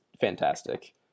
fantastic